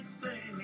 say